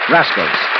Rascals